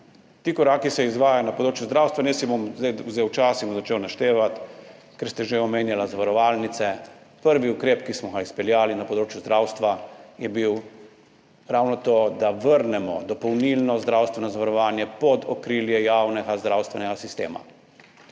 Ti koraki se izvajajo na področju zdravstva, jaz si bom zdaj vzel čas in bom začel naštevati, ker ste že omenjali zavarovalnice, prvi ukrep, ki smo ga izpeljali na področju zdravstva, je bil ravno to, da vrnemo dopolnilno zdravstveno zavarovanje pod okrilje javnega zdravstvenega sistema,